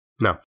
No